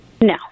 No